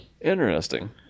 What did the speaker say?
Interesting